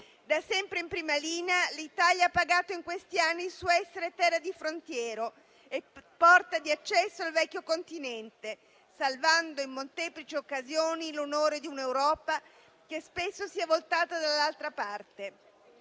Da sempre in prima linea, l'Italia ha pagato in questi anni il suo essere terra di frontiera e porta di accesso al vecchio Continente, salvando in molteplici occasioni l'onore di un'Europa che spesso si è voltata dall'altra parte.